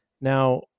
Now